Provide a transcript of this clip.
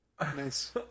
Nice